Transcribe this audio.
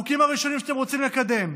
החוקים הראשונים שאתם רוצים לקדם.